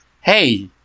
hey